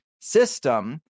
system